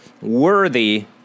worthy